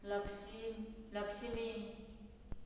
लक्षीम Lakshmi